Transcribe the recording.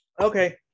Okay